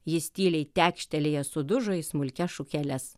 jis tyliai tekštelėjęs sudužo į smulkias šukeles